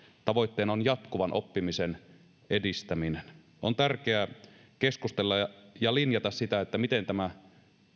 tavoitteena on jatkuvan oppimisen edistäminen on tärkeää keskustella ja ja linjata sitä miten tämä